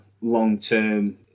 long-term